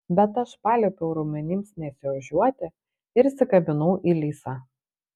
bet aš paliepiau raumenims nesiožiuoti ir įsikabinau į lisą